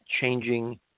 changing